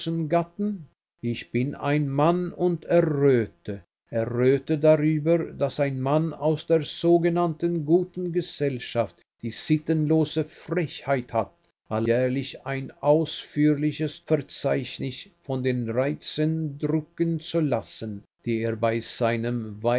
gatten ich bin ein mann und erröte erröte darüber daß ein mann aus der sogenannten guten gesellschaft die sittenlose frechheit hat alljährlich ein ausführliches verzeichnis von den reizen drucken zu lassen die er bei seinem